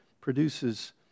produces